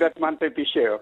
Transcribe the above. bet man taip išėjo